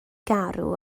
garw